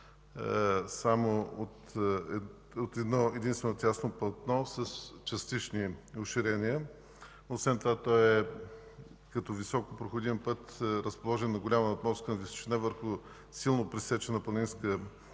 едно-единствено тясно платно с частични оширения. Освен това той, като високопроходим път, е разположен на голяма надморска височина върху силно пресечена планинска